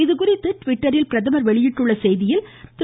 இதுகுறித்து ட்விட்டரில் பிரதமர் வெளியிட்டுள்ள செய்தியில் திரு